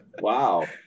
Wow